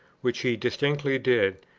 which he distinctly did,